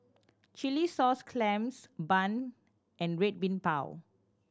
chilli sauce clams bun and Red Bean Bao